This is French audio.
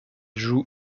joue